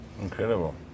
Incredible